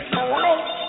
Alright